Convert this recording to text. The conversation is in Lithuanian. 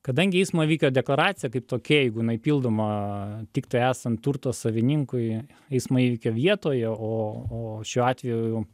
kadangi eismo įvykio deklaracija kaip tokia jeigu jinai pildoma tiktai esan turto savininkui eismo įvykio vietoje o o šiuo atveju